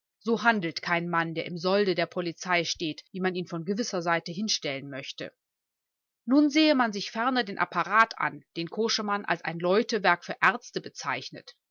so handelt kein mann der im solde der polizei steht wie man ihn von gewisser seite hinstellen möchte nun sehe man sich ferner den apparat an den koschemann als ein läutewerk für ärzte bezeichnet